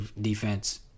defense